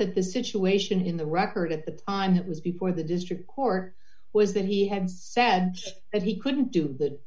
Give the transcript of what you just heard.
that the situation in the record at the time it was before the district court was that he had said that he couldn't do that